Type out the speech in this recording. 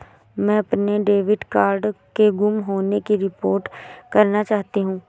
मैं अपने debit card के गुम होने की रिपोर्ट करना चाहती हूँ